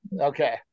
Okay